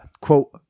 quote